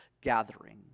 gathering